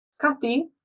kathy